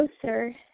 closer